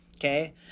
okay